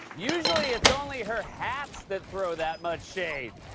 usually it's only her hats that throw that much shade.